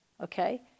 Okay